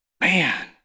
Man